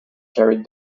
carried